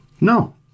No